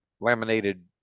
laminated